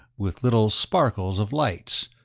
with little sparkles of lights,